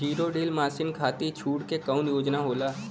Zero deal मासिन खाती छूट के कवन योजना होला?